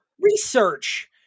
research